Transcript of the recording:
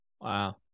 Wow